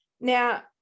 Now